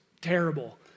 terrible